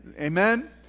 amen